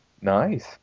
Nice